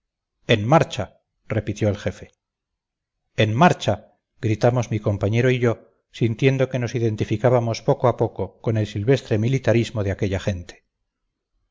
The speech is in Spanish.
en marcha repitió el jefe en marcha gritamos mi compañero y yo sintiendo que nos identificábamos poco a poco con el silvestre militarismo de aquella gente